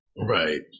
Right